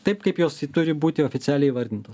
taip kaip jos turi būti oficialiai įvardintos